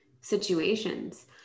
situations